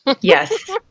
Yes